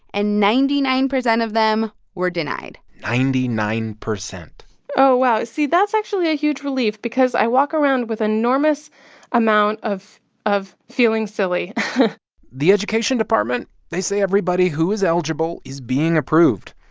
and ninety nine percent of them were denied ninety-nine percent oh, wow. see, that's actually a huge relief because i walk around with an enormous amount of of feeling silly the education department they say everybody who is eligible is being approved.